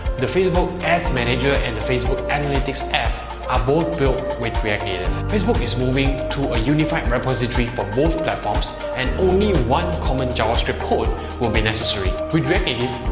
the facebook ads manager and facebook analytics app are both built using react native. facebook is moving to a unified repository for both platforms and only one common javascript code will be necessary. with react native,